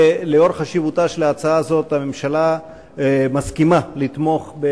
ולאור חשיבותה של ההצעה הזאת הממשלה מסכימה לתמוך בה,